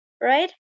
right